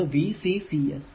അത് VCCS